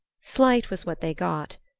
slight was what they got,